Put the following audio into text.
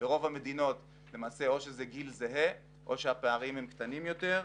שברוב המדינות או שזה גיל זהה או שהפערים קטנים יותר.